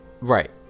Right